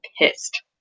pissed